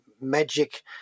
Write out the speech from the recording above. magic